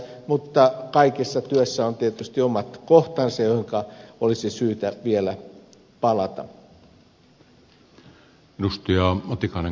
mutta kaikessa työssä on tietysti omat kohtansa joihinka olisi syytä vielä palata